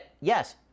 yes